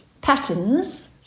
patterns